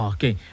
Okay